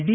D